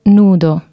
nudo